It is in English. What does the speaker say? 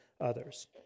others